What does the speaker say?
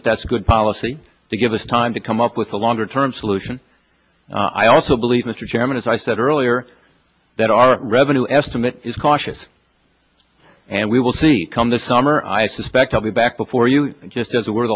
that that's good policy to give us time to come up with a longer term solution i also believe mr chairman as i said earlier that our revenue estimate is cautious and we will see come this summer i suspect i'll be back before you just as it were